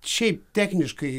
šiaip techniškai